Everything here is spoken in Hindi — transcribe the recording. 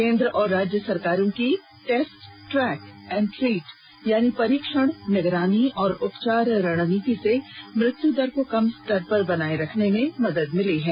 केंद्र और राज्य सरकारों की टेस्ट ट्रैक एंड ट्रीट यानी परीक्षण निगरानी और उपचार रणनीति से मृत्यू दर को कम स्तर पर बनाए रखने में मदद मिली है